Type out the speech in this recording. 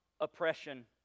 oppression